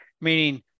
meaning